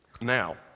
now